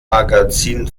magazin